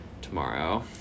tomorrow